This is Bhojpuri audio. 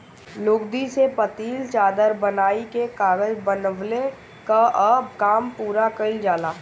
लुगदी से पतील चादर बनाइ के कागज बनवले कअ काम पूरा कइल जाला